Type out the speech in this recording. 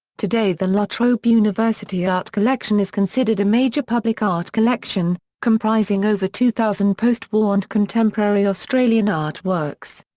today the la trobe university art collection is considered a major public art collection, comprising over two thousand post war and contemporary australian art works.